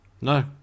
No